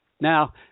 Now